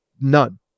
None